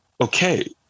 okay